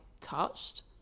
touched